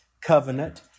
covenant